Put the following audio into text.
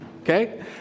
okay